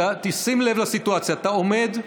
שים לב לסיטואציה: אתה עומד,